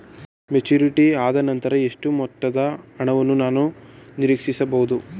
Maturity ಆದನಂತರ ಎಷ್ಟು ಮೊತ್ತದ ಹಣವನ್ನು ನಾನು ನೀರೀಕ್ಷಿಸ ಬಹುದು?